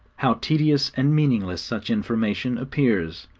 how tedious and meaningless such information appears!